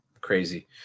Crazy